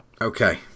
Okay